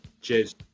Cheers